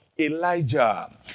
Elijah